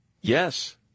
Yes